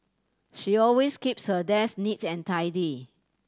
she always keeps her desk neat and tidy